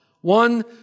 One